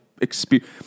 experience